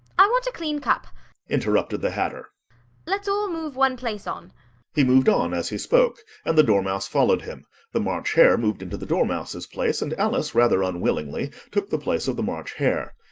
i want a clean cup interrupted the hatter let's all move one place on he moved on as he spoke, and the dormouse followed him the march hare moved into the dormouse's place, and alice rather unwillingly took the place of the march hare.